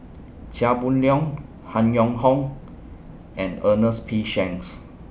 Chia Boon Leong Han Yong Hong and Ernest P Shanks